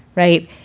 right.